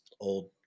old